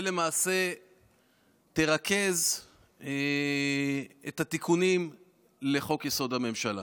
שלמעשה תרכז את התיקונים בחוק-יסוד: הממשלה.